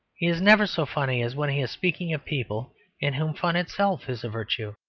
he is never so funny as when he is speaking of people in whom fun itself is a virtue,